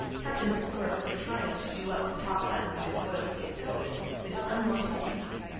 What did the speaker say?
captain macwhirr was trying to do up the top button of his oilskin coat with unwonted haste.